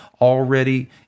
already